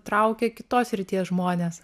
traukia kitos srities žmones